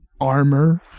armor